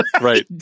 Right